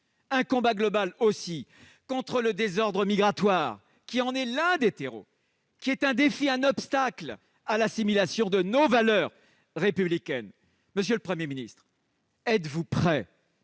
un combat global contre le désordre migratoire- l'un des terreaux de l'islamisme -, qui est un défi et un obstacle à l'assimilation de nos valeurs républicaines ! Monsieur le Premier ministre, êtes-vous prêt à